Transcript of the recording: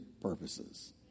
purposes